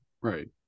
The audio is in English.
Right